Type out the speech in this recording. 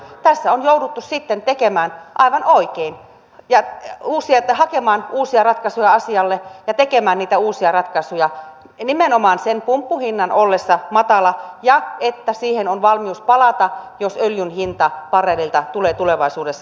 tässä on jouduttu sitten aivan oikein hakemaan uusia ratkaisuja asialle ja tekemään niitä uusia ratkaisuja nimenomaan sen pumppuhinnan ollessa matala ja siihen on valmius palata jos öljyn hinta barrelilta tulee tulevaisuudessa nousemaan